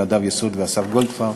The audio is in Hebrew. נדב יסוד ואסף גולדפרב.